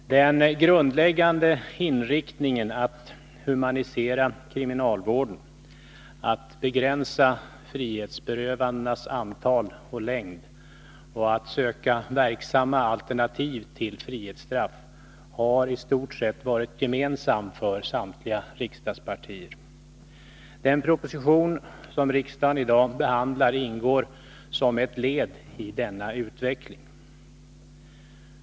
Herr talman! Den grundläggande inriktningen att humanisera kriminalvården, att begränsa frihetsberövandenas antal och längd och att söka verksamma alternativ till frihetsstraff har i stort sett varit gemensam för samtliga riksdagspartier. Den proposition som riksdagen i dag behandlar ingår som ett led i denna utveckling.